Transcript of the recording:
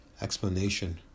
explanation